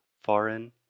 foreign